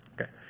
Okay